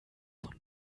von